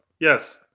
yes